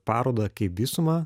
parodą kaip visumą